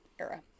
era